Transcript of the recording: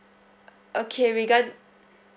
okay regard~